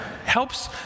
helps